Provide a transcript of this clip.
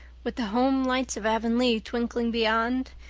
with the homelights of avonlea twinkling beyond,